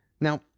Now